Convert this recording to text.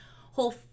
whole